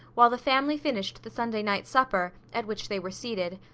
while the family finished the sunday night supper, at which they were seated.